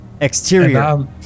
Exterior